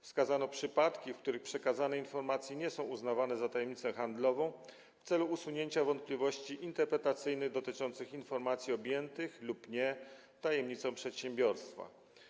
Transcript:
Wskazano przypadki, w których przekazane informacje nie są uznawane za tajemnicę handlową w celu usunięcia wątpliwości interpretacyjnych dotyczących informacji objętych lub nie tajemnicą przedsiębiorstwa.